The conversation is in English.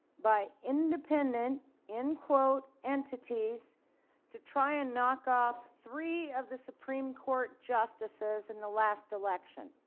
by independent in quote entities to try and knock off three of the supreme court justices in the last election?